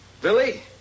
Billy